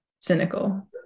cynical